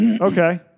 Okay